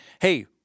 Hey